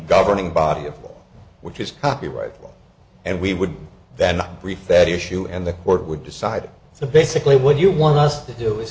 governing body of all which is copyright law and we would then brief that issue and the court would decide to basically what you want us to do is